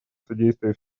содействие